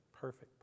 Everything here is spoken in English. perfect